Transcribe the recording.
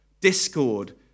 discord